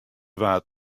waard